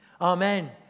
Amen